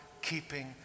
keeping